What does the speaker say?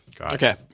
Okay